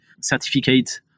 certificate